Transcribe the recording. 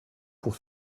pour